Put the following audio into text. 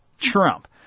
Trump